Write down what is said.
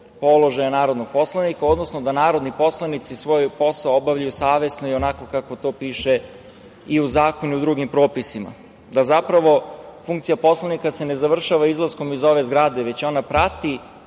položaja narodnog poslanika, odnosno da narodni poslanici svoj posao obavljaju savesno i onako kako to piše i u zakonu i u drugim propisima, da zapravo funkcija poslanika se ne završava izlaskom iz ove zgrade, već ona prati